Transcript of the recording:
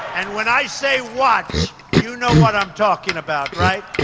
and when i say watch, you know what i'm talking about, right?